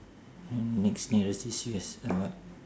then next nearest is U_S !alamak!